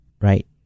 right